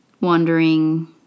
wandering